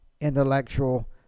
intellectual